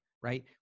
right